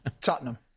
Tottenham